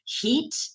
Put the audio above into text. heat